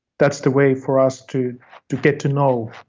that's the way for us to to get to know